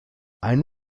einen